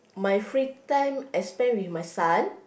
my free time I spend with my son